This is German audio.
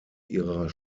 ihrer